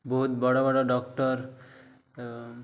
ବହୁତ ବଡ଼ ବଡ଼ ଡକ୍ଟର୍ ଏବଂ